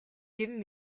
giving